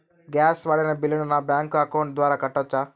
Gas వాడిన బిల్లును నా బ్యాంకు అకౌంట్ ద్వారా కట్టొచ్చా?